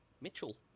Mitchell